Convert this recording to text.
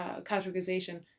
categorization